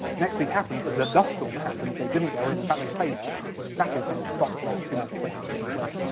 next week happened, but the dust storm happened, they didn't go in, in fact, they stayed in exactly the same spot for about two months, waiting for it to clear.